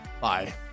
Bye